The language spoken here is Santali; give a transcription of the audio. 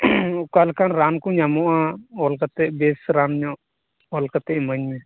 ᱚᱠᱟᱞᱮᱠᱟᱱ ᱨᱟᱱ ᱠᱚ ᱧᱟᱢᱟᱜ ᱟ ᱚᱞ ᱠᱟᱛᱮᱫ ᱵᱮᱥ ᱨᱟᱱ ᱧᱚᱜ ᱚᱞ ᱠᱟᱛᱮ ᱤᱢᱟᱹᱧ ᱢᱮ